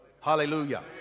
hallelujah